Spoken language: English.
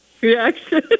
reaction